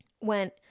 went